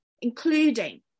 including